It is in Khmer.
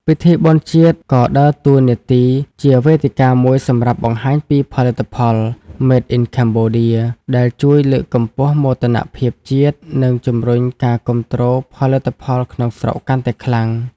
ពិធីបុណ្យជាតិក៏ដើរតួនាទីជាវេទិកាមួយសម្រាប់បង្ហាញពីផលិតផល "Made in Cambodia" ដែលជួយលើកកម្ពស់មោទនភាពជាតិ និងជំរុញការគាំទ្រផលិតផលក្នុងស្រុកកាន់តែខ្លាំង។